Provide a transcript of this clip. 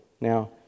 Now